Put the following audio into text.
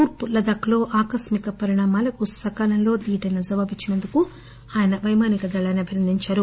తూర్పు లదాక్ లో ఆకస్మిక పరిణామాలకు సకాలంలో దీటైన జవాబిచ్చినందుకు ఆయన పైమానిక దళాన్ని అభినందించారు